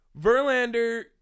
Verlander